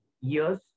years